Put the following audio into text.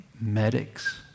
medics